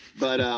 but